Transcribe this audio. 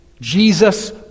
Jesus